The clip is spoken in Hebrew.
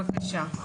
בבקשה.